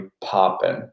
popping